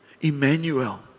Emmanuel